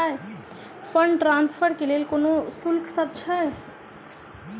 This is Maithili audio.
फंड ट्रान्सफर केँ लेल कोनो शुल्कसभ छै?